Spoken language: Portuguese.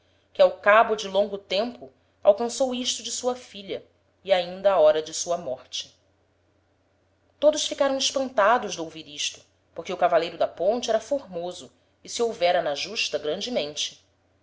que ao cabo de longo tempo alcançou isto de sua filha e ainda á hora de sua morte todos ficaram espantados d'ouvir isto porque o cavaleiro da ponte era formoso e se houvera na justa grandemente